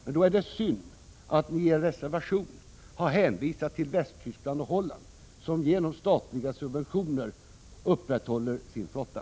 Men då är det synd att ni i er reservation har hänvisat till Västtyskland och Holland, som genom statliga subventioner upprätthåller sin flotta.